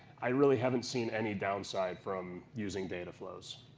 i really haven't seen any downside from using data flows.